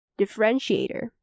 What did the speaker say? differentiator